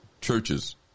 churches